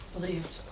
Believed